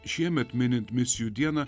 šiemet minint misijų dieną